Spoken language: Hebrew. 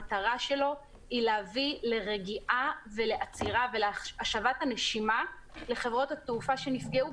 מטרתו להביא לרגיעה ולהשבת הנשימה לחברות התעופה שנפגעו,